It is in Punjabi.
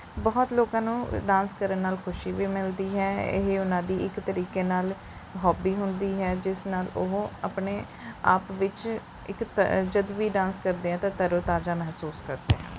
ਬਹੁਤ ਲੋਕਾਂ ਨੂੰ ਡਾਂਸ ਕਰਨ ਨਾਲ ਖੁਸ਼ੀ ਵੀ ਮਿਲਦੀ ਹੈ ਇਹ ਉਨ੍ਹਾਂ ਦੀ ਇੱਕ ਤਰੀਕੇ ਨਾਲ ਹੋਬੀ ਹੁੰਦੀ ਹੈ ਜਿਸ ਨਾਲ ਉਹ ਆਪਣੇ ਆਪ ਵਿੱਚ ਇੱਕ ਤ ਜਦ ਵੀ ਡਾਂਸ ਕਰਦੇ ਹੈ ਤਾਂ ਤਰੋਤਾਜ਼ਾ ਮਹਿਸੂਸ ਕਰਦੇ ਹੈ